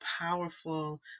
powerful